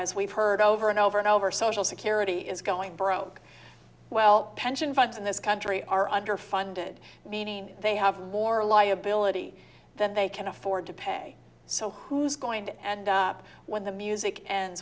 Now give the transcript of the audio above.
as we've heard over and over and over social security is going broke well pension funds in this country are underfunded meaning they have more liability than they can afford to pay so who's going to end up when the music and